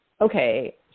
okay